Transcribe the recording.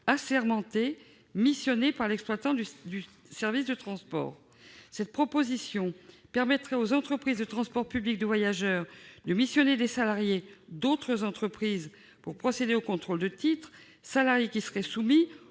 assermentés, missionnés par l'exploitant du service de transport. Cette disposition permettrait aux entreprises de transport public de voyageurs de missionner des salariés d'autres entreprises pour procéder au contrôle des titres, salariés qui seraient soumis